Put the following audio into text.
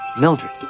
Mildred